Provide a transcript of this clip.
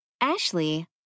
Ashley